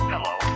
Hello